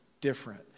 different